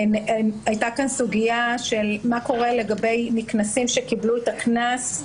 הייתה כאן סוגיה מה קורה לגבי נקנסים שקיבלו את הקנס,